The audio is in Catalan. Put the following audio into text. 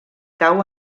cau